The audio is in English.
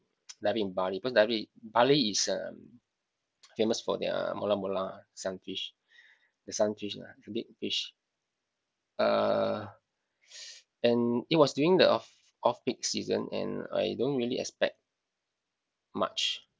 diving in Bali because diving Bali is um famous for their mola mola sunfish the sunfish lah a big fish uh and it was during the off off-peak season and I don't really expect much